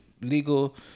Legal